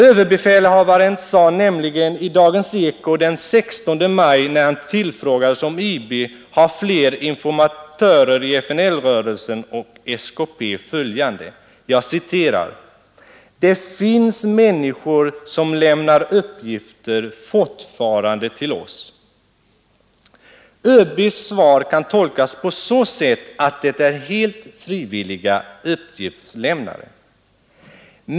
ÖB sade nämligen i Dagens eko den 16 maj när han tillfrågades om IB har fler informatörer i FNL-rörelsen och SKP följande: ”Det finns människor som lämnar uppgifter fortfarande till oss.” ÖB:s svar kan tolkas på så sätt att det är helt frivilliga uppgiftslämnare.